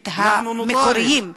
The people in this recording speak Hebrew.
המולדת המקוריים.